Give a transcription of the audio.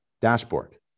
dashboard